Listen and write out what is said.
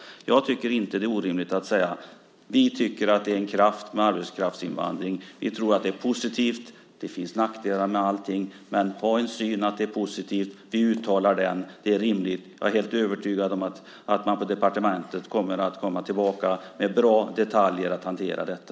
Jag tycker inte att det är orimligt att säga: Vi tycker att det är en kraft med arbetskraftsinvandring. Vi tror att det är positivt. Det finns nackdelar med allting, men vi har en syn att det är positivt. Vi uttalar den. Det är rimligt. Jag är helt övertygad om att man på departementet kommer att komma tillbaka med bra detaljer för att hantera detta.